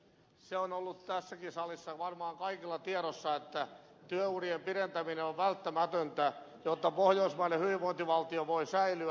se on ollut tässäkin salissa varmaan kaikilla tiedossa että työurien pidentäminen on välttämätöntä jotta pohjoismainen hyvinvointivaltio voi säilyä